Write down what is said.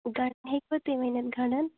گَنٛڈٕ ہیٚکِوا تُہۍ گَنٛڈَن